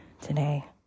today